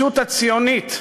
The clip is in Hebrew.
"הישות הציונית",